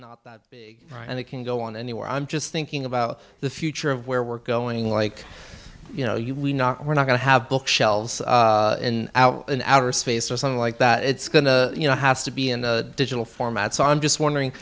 right and it can go on anywhere i'm just thinking about the future of where we're going like you know you we not we're not going to have bookshelves in our outer space or something like that it's going to you know has to be in the digital format so i'm just wondering